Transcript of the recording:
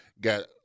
got